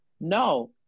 No